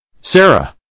Sarah